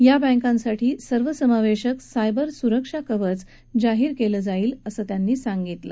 या बँकांसाठी सर्वसमावेशक सायबर सुरक्षा कवच जाहीर केलं जाईल असंही त्यांनी सांगितलं